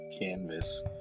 canvas